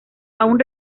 aún